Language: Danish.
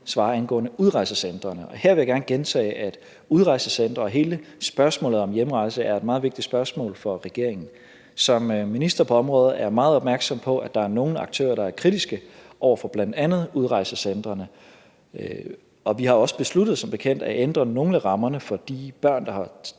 svare angående udrejsecentrene. Derfor vil jeg gerne gentage, at udrejsecentrene og hele spørgsmålet om hjemrejse er et meget vigtigt spørgsmål for regeringen. Som minister på området er jeg meget opmærksom på, at der er nogle aktører, der er kritiske over for bl.a. udrejsecentrene, og vi har som bekendt også besluttet at ændre nogle af rammerne for de børn, der er